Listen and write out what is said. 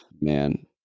man